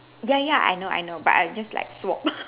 ya ya I know I know but I just like swap